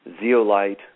zeolite